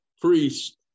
priest